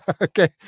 Okay